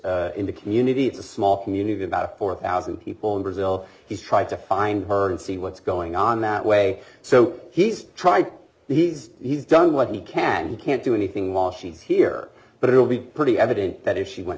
members in the community it's a small community about four thousand people in brazil he's trying to find her and see what's going on that way so he's trying these he's done what he can and can't do anything while she's here but it will be pretty evident that if she went